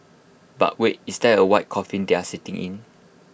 but wait is that A white coffin they are sitting in